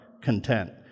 content